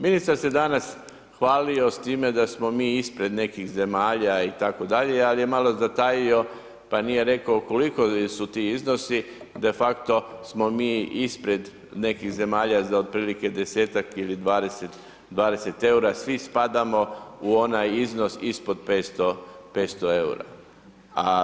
Ministar se danas hvalio s time da smo mi ispred nekih zemalja itd. ali je malo zatajio pa nije rekao koliko su ti iznosi defakto smo mi ispred nekih zemlja za otprilike 10-tak ili 20 EUR-a, svi spadamo u onaj iznos ispod 500, 500 EUR-a.